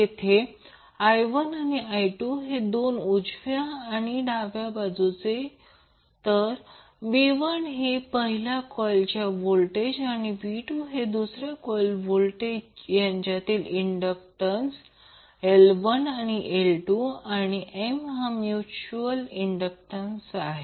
येथे i1 आणि i2 हे दोन उजव्या आणि डाव्या बाजूचे v1 हे पहिल्या कॉइलचा व्होल्टेज आणि v2 हे दुसऱ्या कॉइलचा व्होल्टेज त्यांच्यातील इंडक्टॅन्स L1 आणि L2आणि M हा म्यूच्यूअल इंडटंट आहे